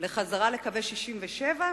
לחזרה לקווי 67'?